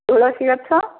ତୁଳସୀ ଗଛ